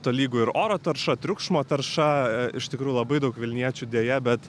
tolygu ir oro tarša triukšmo tarša iš tikrų labai daug vilniečių deja bet